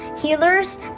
healers